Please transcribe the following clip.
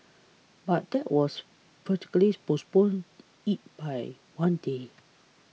but that was fortuitously postponed it by one day